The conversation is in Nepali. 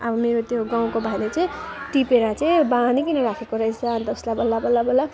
अब मेरो त्यो गाउँको भाइले चाहिँ टिपेर चाहिँ बानिकन राखेको रहेछ अन्त उसलाई बल्ल बल्ल बल्ल